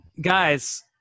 Guys